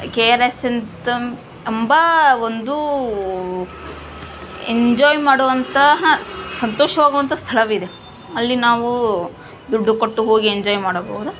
K R S ಅಂತ ಎಂಬ ಒಂದು ಎಂಜಾಯ್ ಮಾಡುವಂತಹ ಸಂತೋಷವಾಗುವಂಥ ಸ್ಥಳವಿದೆ ಅಲ್ಲಿ ನಾವು ದುಡ್ಡು ಕೊಟ್ಟು ಹೋಗಿ ಎಂಜಾಯ್ ಮಾಡಬಹ್ದು